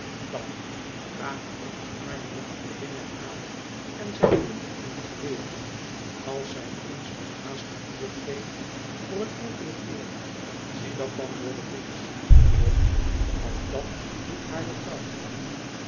dat raak ons maar met een vinger aan en zij komt in het geweer als zij eens wat haastig vuur geeft voor een enkelen keer zie dat dan door de vingers george want dat doet hare trouw